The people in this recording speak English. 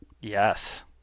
Yes